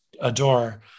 adore